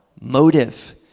motive